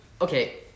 okay